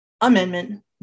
amendment